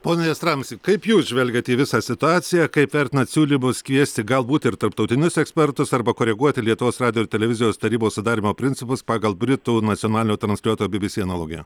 pone jastramski kaip jūs žvelgiat į visą situaciją kaip vertinat siūlymus kviesti galbūt ir tarptautinius ekspertus arba koreguoti lietuvos radijo ir televizijos tarybos sudarymo principus pagal britų nacionalinio transliuotojo bybysy analogiją